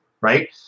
right